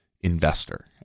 investor